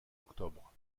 octobre